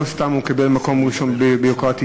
לא סתם הוא קיבל מקום ראשון בביורוקרטיה.